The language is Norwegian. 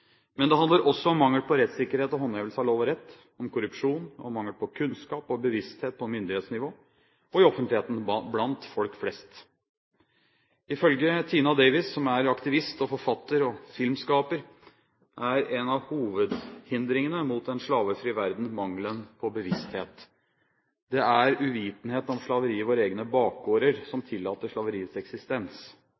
Men det handler også om mangel på rettssikkerhet og håndhevelse av lov og rett, om korrupsjon, om mangel på kunnskap og bevissthet på myndighetsnivå – og i offentligheten og blant «folk flest». Ifølge Tina Davis, som er aktivist, forfatter og filmskaper, er en av hovedhindringene for en slavefri verden mangelen på bevissthet: Det er uvitenhet om slaveri i våre egne bakgårder som